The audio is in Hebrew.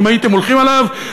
אם הייתם הולכים עליו,